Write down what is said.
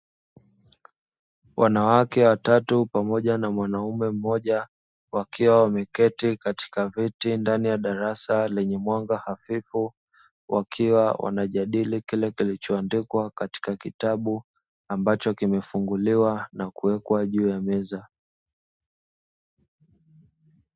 Wanawake watatu pamoja na mwanamume mmoja wakiwa wameketi katika viti ndani ya darasa lenye mwanga hafifu wakiwa wanajadili kile kilichoandikwa katika kitabu ambacho kimefunguliwa na kuwekwa juu ya meza.